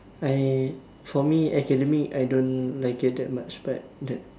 I for me academic I don't like it that much but that